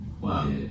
Wow